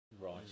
Right